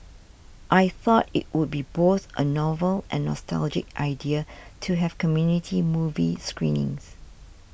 I thought it would be both a novel and nostalgic idea to have community movie screenings